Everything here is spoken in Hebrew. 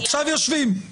עכשיו יושבים, עובדים.